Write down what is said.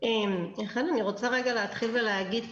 אני רוצה להתחיל ולהגיד,